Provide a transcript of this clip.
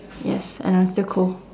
yes and I'm still cold